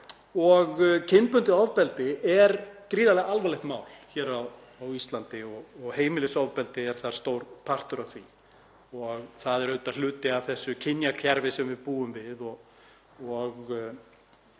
Kynbundið ofbeldi er gríðarlega alvarlegt mál hér á Íslandi og heimilisofbeldi er stór partur af því. Það er auðvitað hluti af þessu kynjakerfi sem við búum við og